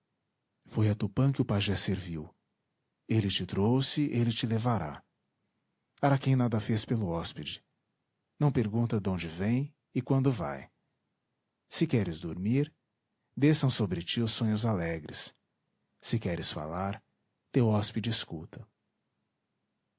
foi a tupã que o pajé serviu ele te trouxe ele te levará araquém nada fez pelo hóspede não pergunta donde vem e quando vai se queres dormir desçam sobre ti os sonhos alegres se queres falar teu hóspede escuta